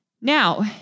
Now